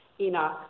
Enoch